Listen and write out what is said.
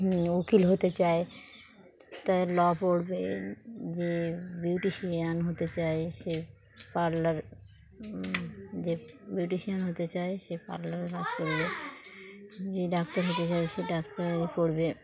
উকিল হতে চায় তাই ল পড়বে যে বিউটিশিয়ান হতে চায় সে পার্লার যে বিউটিশিয়ান হতে চায় সে পার্লারে কাজ করবে যে ডাক্তার হতে চায় সে ডাক্তারি পড়বে